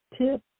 tip